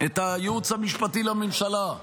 את הייעוץ המשפטי לממשלה: